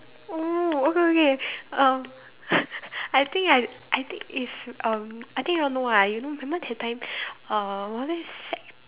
oh okay okay um I think I I think it's um I think very long ah you know remember that time uh was it sec~